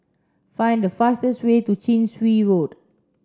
find the fastest way to Chin Swee Road